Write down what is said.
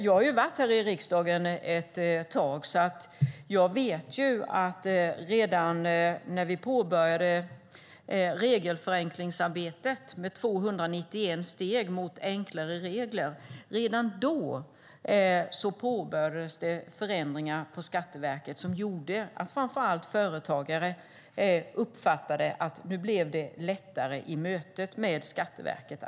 Jag har varit här i riksdagen ett tag, så jag vet att redan när vi påbörjade regelförenklingsarbetet med 291 steg mot enklare regler påbörjades förändringar på Skatteverket som gjorde att framför allt företagare uppfattade att det blev lättare i mötet med Skatteverket.